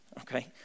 okay